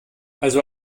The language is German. also